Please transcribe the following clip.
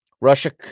Russia